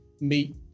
meet